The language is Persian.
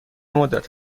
مدت